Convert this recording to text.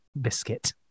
biscuit